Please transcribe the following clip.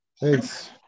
Thanks